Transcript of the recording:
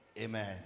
Amen